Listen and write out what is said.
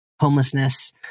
homelessness